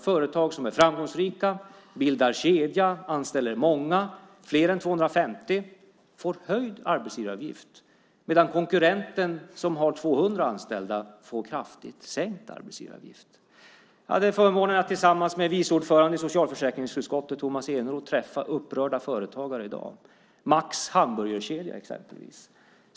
Företag som är framgångsrika, bildar kedja och anställer många, fler än 250, får höjd arbetsgivaravgift, medan konkurrenten som har 200 anställda får kraftigt sänkt arbetsgivaravgift. Jag hade i dag förmånen att tillsammans med vice ordföranden i socialförsäkringsutskottet, Tomas Eneroth, träffa upprörda företagare, från hamburgerkedjan Max exempelvis.